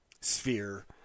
sphere